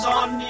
on